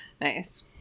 Nice